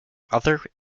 other